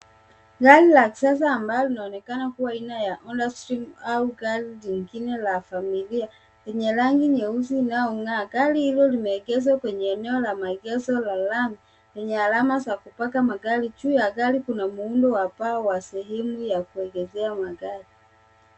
Gari la kisasa ambalo linaonekana kuwa aina ya Honda Stream au gari jingine la familia lenye rangi nyeusi inayong'aa. Gari hilo imeegeshwa kwenye eneo la maegesho la lami yenye alama za kupaka magari. Juu ya gari kuna muundo wa paa wa sehemu ya kuegeshea magari.